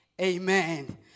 Amen